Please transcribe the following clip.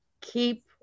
keep